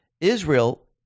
israel